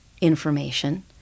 information